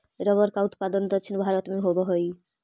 rubber का उत्पादन दक्षिण भारत में होवअ हई